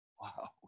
Wow